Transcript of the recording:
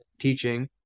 teaching